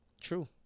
True